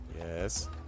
Yes